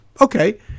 Okay